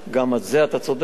גם בזה אתה צודק,